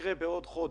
יקרה בעוד חודש,